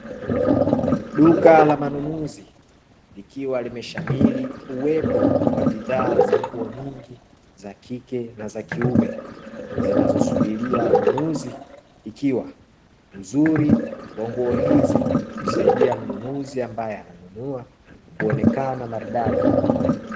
Duka la manunuzi likiwa limeshamiri uwepo wa bidhaa za nguo nyingi za kike na za kiume, zinazosubiria wanunuzi, ikiwa uzuri wa nguo hizi husaidia mnunuzi ambaye ananunua, kuonekana maridadi.